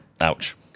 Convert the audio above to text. Ouch